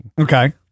Okay